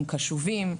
הם קשובים,